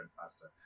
faster